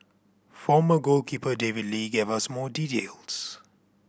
former goalkeeper David Lee gave us more details